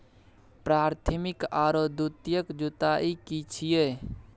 प्राथमिक आरो द्वितीयक जुताई की छिये?